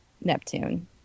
Neptune